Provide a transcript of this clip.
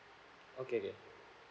okay can